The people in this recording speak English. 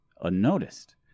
unnoticed